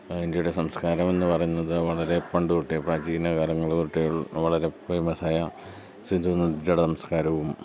ഇന്ത്യയുടെ സംസ്കാരം എന്നു പറയുന്നത് വളരെ പണ്ട് തൊട്ടെ പ്രാചീനകാലങ്ങൾ തൊട്ടെ വളരെ ഫേമസായ സിന്ധു നദീതട സംസ്കാരവും